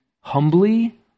humbly